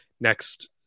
next